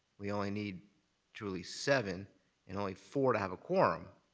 we only need truly seven and only four to have a quorum.